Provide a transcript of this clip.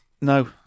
No